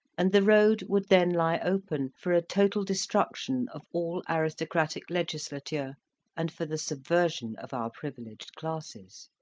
and the road would then lie open for a total destruction of all aristocratic legislature and for the subversion of our privileged classes.